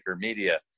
Media